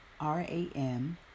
R-A-M